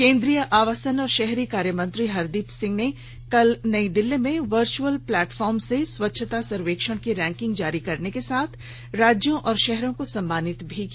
केंद्रीय आवासन और शहरी कार्य मंत्री हरदीप सिंह ने कल नई दिल्ली में वर्च्यअल प्लेटफॉर्म से स्वच्छता सर्वेक्षण की रैंकिंग जारी करने के साथ राज्यों और शहरों को सम्मानित भी किया